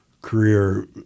career